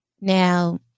Now